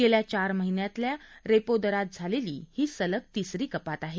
गेल्या चार महिन्यातली रेपो दरात केलेली ही सलग तिसरी कपात आहे